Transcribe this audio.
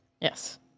Yes